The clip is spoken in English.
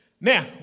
Now